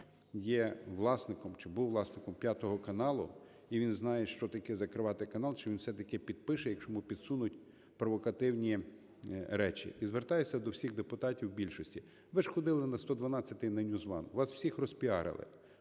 є власником, чи був власником "5 каналу", і він знає, що таке закривати канал, чи він все-таки підпише, якщо йому підсунуть, провокативні речі. І звертаюся до всіх депутатів більшості. Ви ж ходили на "112" і NewsOne, вас всіх розпіарили,